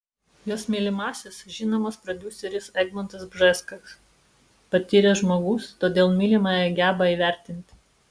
jos mylimasis žinomas prodiuseris egmontas bžeskas patyręs žmogus todėl mylimąją geba įvertinti